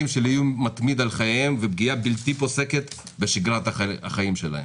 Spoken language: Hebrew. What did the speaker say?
של איום מתמיד על חייהם ופגיעה בלתי פוסקת בשגרת החיים שלהם.